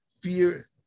fear